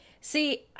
See